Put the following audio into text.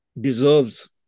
deserves